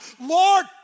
Lord